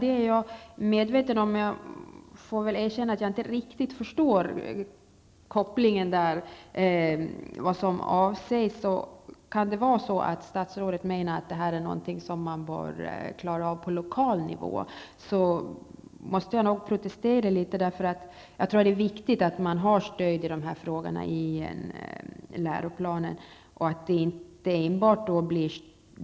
Det är jag medveten om, men jag måste erkänna att jag inte riktigt förstår vad som avses. Menar statsrådet att detta skall klaras av på lokal nivå? I så fall måste jag protestera litet, för det är nog viktigt att man har stöd i läroplanen när det gäller dessa frågor.